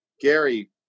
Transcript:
Gary